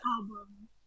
album